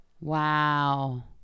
Wow